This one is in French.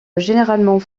généralement